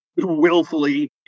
willfully